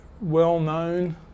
well-known